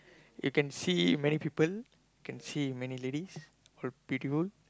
you can see many people can see many ladies all beautiful